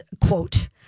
quote